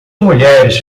mulheres